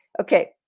Okay